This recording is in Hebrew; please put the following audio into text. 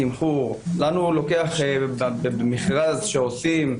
במכרז שעושים,